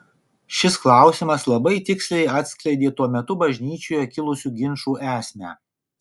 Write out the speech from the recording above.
šis klausimas labai tiksliai atskleidė tuo metu bažnyčioje kilusių ginčų esmę